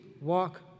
walk